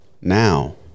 now